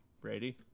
Brady